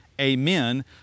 amen